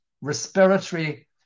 respiratory